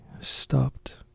stopped